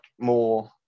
more